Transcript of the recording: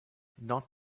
not